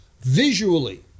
Visually